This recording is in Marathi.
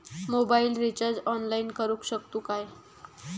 मोबाईल रिचार्ज ऑनलाइन करुक शकतू काय?